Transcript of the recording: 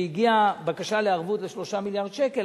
הגיעה בקשה לערבות של 3 מיליארד שקל.